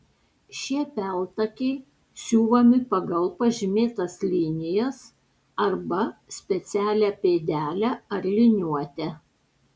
šie peltakiai siuvami pagal pažymėtas linijas arba specialią pėdelę ar liniuotę